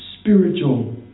spiritual